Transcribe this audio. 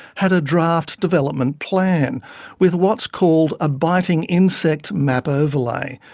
had a draft development plan with what's called a biting insect map overlay,